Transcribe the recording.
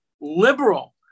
liberal